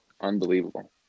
Unbelievable